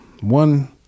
One